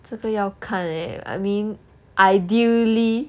这个要看 leh I mean ideally